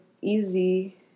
easy